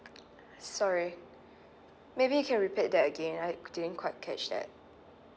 sorry maybe you can repeat that again I didn't quite catch that